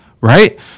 right